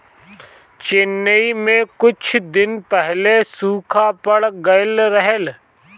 चेन्नई में कुछ दिन पहिले सूखा पड़ गइल रहल